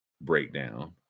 breakdown